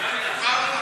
להצביע.